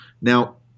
Now